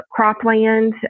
cropland